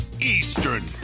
Eastern